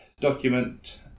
document